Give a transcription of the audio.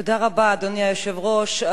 אדוני היושב-ראש,